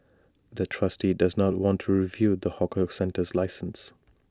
the trustee does not want to renew the hawker centre's license